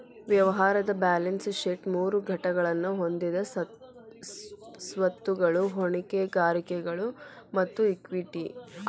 ವ್ಯವಹಾರದ್ balance sheet ಮೂರು ಘಟಕಗಳನ್ನ ಹೊಂದೆದ ಸ್ವತ್ತುಗಳು, ಹೊಣೆಗಾರಿಕೆಗಳು ಮತ್ತ ಇಕ್ವಿಟಿ